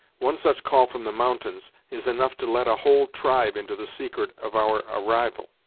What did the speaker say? one such call from the mountains, is enough to let a whole tribe into the secret of our arrival.